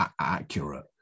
accurate